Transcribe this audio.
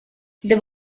there